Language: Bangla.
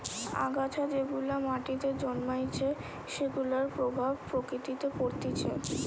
আগাছা যেগুলা মাটিতে জন্মাইছে সেগুলার প্রভাব প্রকৃতিতে পরতিছে